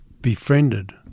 befriended